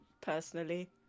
personally